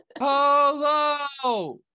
Hello